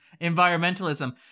environmentalism